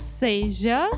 seja